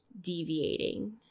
deviating